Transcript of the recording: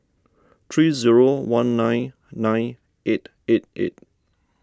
three zero one nine nine eight eight eight